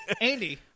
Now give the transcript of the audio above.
Andy